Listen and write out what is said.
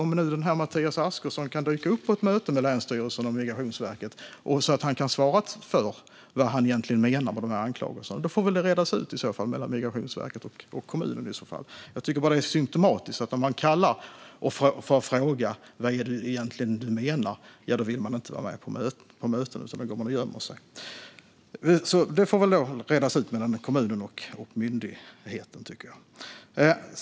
Om den här Mattias Askerson kan dyka upp på ett möte med länsstyrelsen och Migrationsverket så att han kan svara på vad han menar med anklagelserna, ja, då kan de redas ut mellan Migrationsverket och kommunen. Det är symtomatiskt att när man får en kallelse att svara på frågan om vad man egentligen menar, då vill man inte vara med på mötet, och sedan går man och gömmer sig. Det får redas ut mellan kommunen och myndigheten.